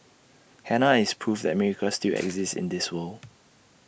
Hannah is proof that miracles still exist in this world